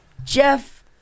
Jeff